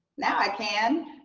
now i can.